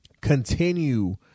continue